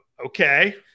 okay